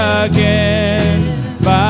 again